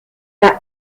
par